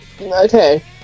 okay